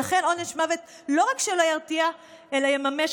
ולכן עונש מוות לא רק שלא ירתיע אלא יממש